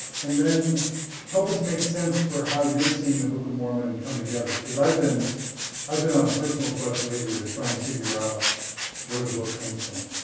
and then help us make sense for how you're seeing the book of mormon come together, cause i've been i've been on a personal quest lately to try and figure out where the book comes from.